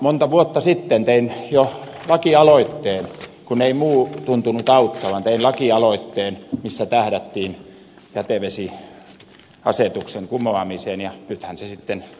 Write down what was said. monta vuotta sitten tein lakialoitteen kun ei muu tuntunut auttavan tein lakialoitteen missä tähdättiin jätevesiasetuksen kumoamiseen ja nythän se sitten toteutuu